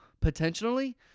potentially